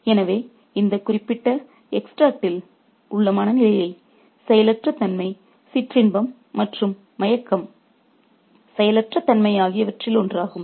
எனவே இந்த குறிப்பிட்ட எக்ஸ்ட்ராக்ட்டில்சாற்றில் உள்ள மனநிலை செயலற்ற தன்மை சிற்றின்பம் மற்றும் மயக்கம் செயலற்ற தன்மை ஆகியவற்றில் ஒன்றாகும்